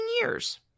years